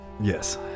Yes